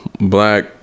black